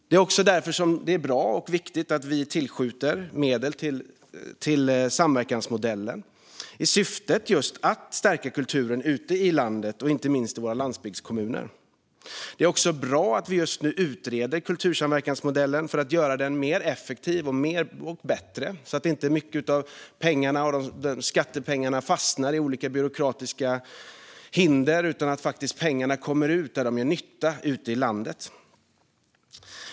Det är också därför det är bra och viktigt att vi tillskjuter medel till samverkansmodellen i syfte att stärka kulturen ute i landet, inte minst i landsbygdskommunerna. Det är även bra att man just nu utreder kultursamverkansmodellen för att göra den mer effektiv och bättre, så att skattepengarna inte stoppas av olika byråkratiska hinder. Pengarna ska komma ut dit där de gör nytta, ute i landet.